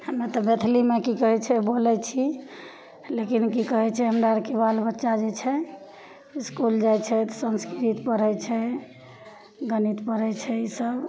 हम्मे तऽ मैथिलीमे की कहय छै बोलय छी लेकिन की कहय छै हमरा अरके बाल बच्चा जे छै इसकुल जाइ छै तऽ संस्कृत पढ़य छै गणित पढ़य छै ईसब